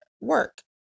work